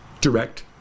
direct